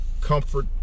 comfort